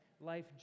life